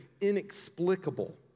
inexplicable